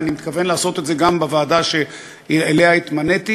ואני מתכוון לעשות את זה גם בוועדה שאליה התמניתי,